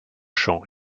chant